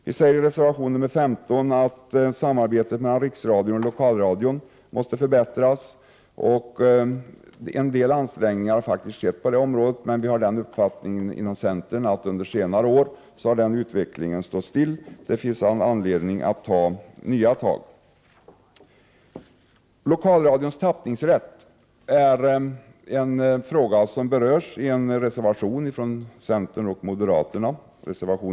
Vi säger i reservation 15 att samarbetet mellan riksradion och lokalradion måste förbättras. En del ansträngningar har faktiskt gjorts på det området, men vi har inom centern uppfattningen att den utvecklingen har stått stilla under senare år. Det finns all anledning att ta nya tag. Frågan om lokalradions tappningsrätt berörs i reservation 16 från centern och moderaterna.